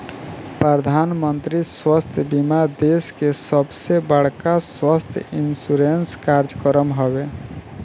प्रधानमंत्री स्वास्थ्य बीमा देश के सबसे बड़का स्वास्थ्य इंश्योरेंस कार्यक्रम हवे